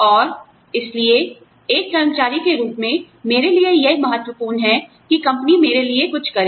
और इसलिए एक कर्मचारी के रूप में मेरे लिए यह महत्वपूर्ण है कि कंपनी मेरे लिए कुछ करे